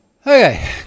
Okay